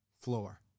Floor